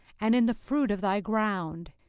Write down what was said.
and in the fruit of thy ground,